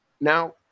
Now